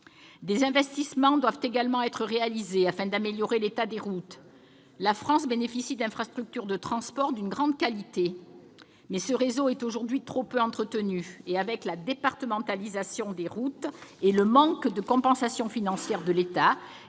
Des investissements doivent également être réalisés afin d'améliorer l'état des routes. La France bénéficie d'infrastructures de transport d'une grande qualité, mais ce réseau est aujourd'hui trop peu entretenu. En outre, du fait de la départementalisation des routes et du manque de compensation financière de l'État,